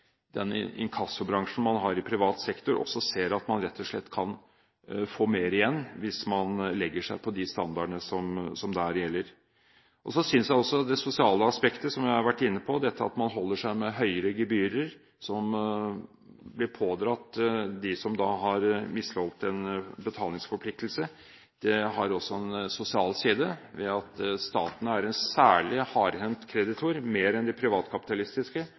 inkassobransjen man har i privat sektor, kan se at man rett og slett kan få mer igjen hvis man legger seg på de standardene som der gjelder. Så synes jeg at det aspektet som jeg har vært inne på, dette at man holder seg med høyere gebyrer, som blir pådratt dem som har misligholdt en betalingsforpliktelse, også har en sosial side, ved at staten er en særlig hardhendt kreditor, mer enn de privatkapitalistiske,